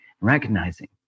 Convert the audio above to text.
recognizing